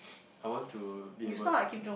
I want to be able to